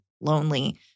lonely